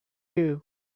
you